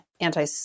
anti